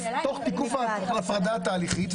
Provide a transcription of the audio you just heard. תוך תיקוף ההפרדה התהליכית,